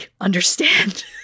understand